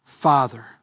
Father